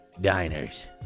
Diners